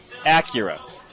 Acura